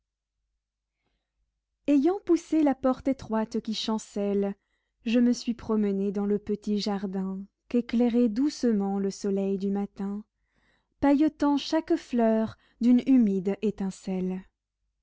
ayant poussé la porte étroite qui chancelle je me suis promené dans le petit jardin qu'éclairait doucement le soleil du matin pailletant chaque fleur d'une humide étincelle